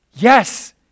Yes